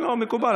מקובל.